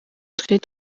twari